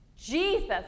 Jesus